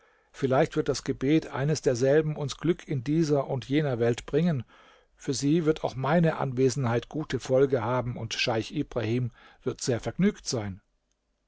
vielleicht wird das gebet eines derselben uns glück in dieser und jener welt bringen für sie wird auch meine anwesenheit gute folge haben und scheich ibrahim wird sehr vergnügt sein